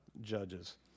Judges